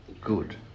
Good